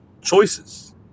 choices